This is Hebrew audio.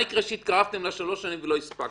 מה יקרה כשהתקרבתם לשלוש שנים ולא הספקתם?